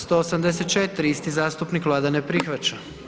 184. isti zastupnik, Vlada ne prihvaća.